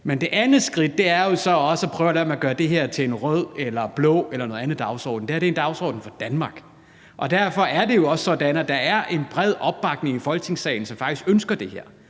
at lade være med at gøre det her til en rød eller en blå dagsorden. Det her er en dagsorden for Danmark. Og derfor er det jo også sådan, at der er en bred opbakning i Folketingssalen, og at vi faktisk ønsker det her,